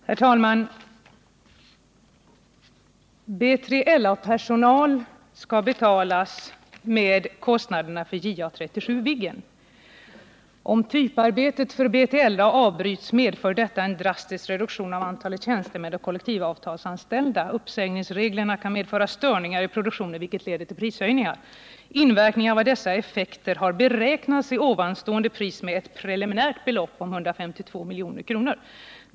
Herr talman! ”Om typarbetet för BILA avbryts medför detta en drastisk reduktion av antalet tjänstemän och kollektivavtalsanställda. Uppsägningsreglerna kan medföra störningar i produktionen vilket leder till prishöjningar. Inverkningarna av dessa effekter har beräknats i ovanstående pris med er preliminärt belopp av 152 mkr.